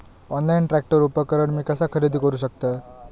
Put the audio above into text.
Online tractor उपकरण मी कसा खरेदी करू शकतय?